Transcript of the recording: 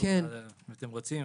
אם אתם רוצים,